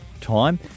time